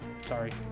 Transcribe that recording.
Sorry